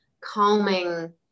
calming